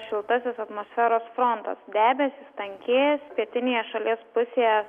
šiltasis atmosferos frontas debesys tankės pietinėje šalies pusėje